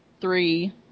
three